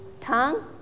tongue